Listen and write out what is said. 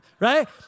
Right